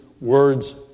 words